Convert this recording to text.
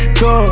go